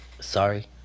Sorry